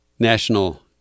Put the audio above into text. National